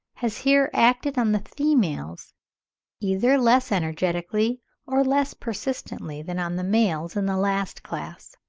has here acted on the females either less energetically or less persistently than on the males in the last class.